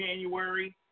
January